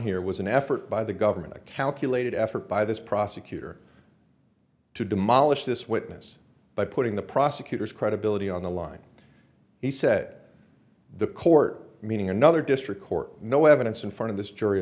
here was an effort by the government a calculated effort by this prosecutor to demolish this witness by putting the prosecutor's credibility on the line he said the court meaning another district court no evidence in front of th